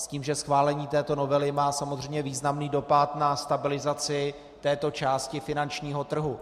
S tím, že schválení této novely má samozřejmě významný dopad na stabilizaci této části finančního trhu.